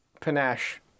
panache